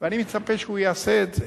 ואני מצפה שהוא יעשה את זה.